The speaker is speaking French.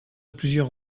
plusieurs